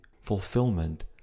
fulfillment